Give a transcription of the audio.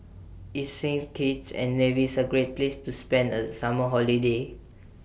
IS Saint Kitts and Nevis A Great Place to spend The Summer Holiday